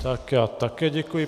Tak já také děkuji.